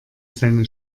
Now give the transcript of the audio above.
seine